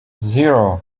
zero